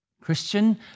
Christian